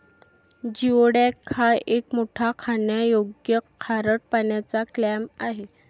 geoduck हा एक मोठा खाण्यायोग्य खारट पाण्याचा क्लॅम आहे